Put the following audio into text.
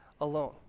alone